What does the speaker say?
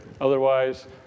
Otherwise